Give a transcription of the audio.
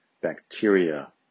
bacteria